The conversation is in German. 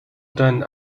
deinen